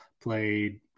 played